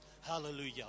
Hallelujah